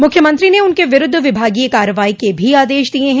मुख्यमंत्री ने उनके विरूद्ध विभागीय कार्रवाई के भी आदेश दिये हैं